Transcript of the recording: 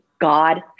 God